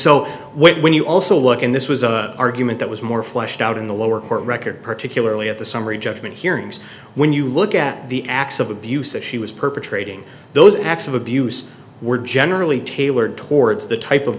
so when you also look in this was a argument that was more fleshed out in the lower court record particularly at the summary judgment hearings when you look at the acts of abuse that she was perpetrating those acts of abuse were generally tailored towards the type of